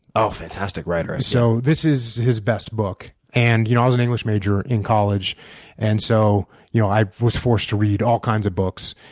oh, fantastic writer. so this is his best book. and you know i was an english major in college and so you know i was forced to read all kinds of books.